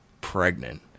pregnant